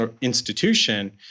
institution